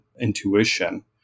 intuition